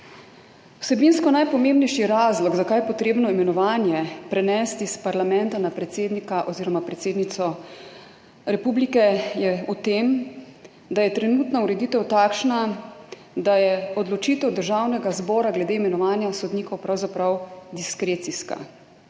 Vsebinsko najpomembnejši razlog, zakaj je treba imenovanje prenesti iz parlamenta na predsednika oziroma predsednico republike, je v tem, da je trenutna ureditev takšna, da je odločitev Državnega zbora glede imenovanja sodnikov pravzaprav diskrecijska.